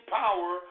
power